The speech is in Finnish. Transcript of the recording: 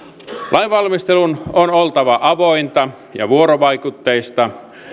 lainvalmistelun on oltava avointa ja vuorovaikutteista